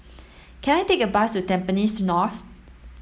can I take a bus to Tampines North